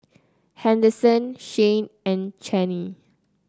Henderson Shayne and Channie